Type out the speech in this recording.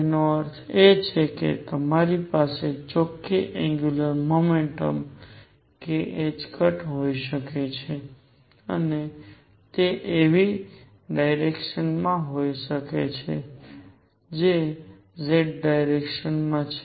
તેનો અર્થ એ છે કે તમારી પાસે ચોખ્ખી એંગ્યુંલર મોમેન્ટમ k હોઈ શકે છે અને તે એવી ડાયરેક્શનમાં હોઈ શકે છે જે z ડાયરેક્શન માં છે